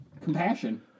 compassion